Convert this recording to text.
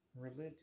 religion